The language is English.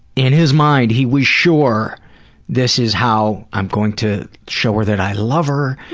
in his mind he was sure this is how i'm going to show her that i love her,